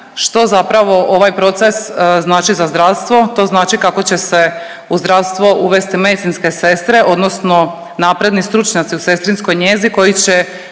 Što zapravo ovaj proces znači za zdravstvo? To znači kako će se u zdravstvo uvesti medicinske sestre odnosno napredni stručnjaci u sestrinskoj njezi koji će